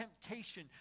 temptation